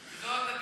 אין שום סיבה שלא.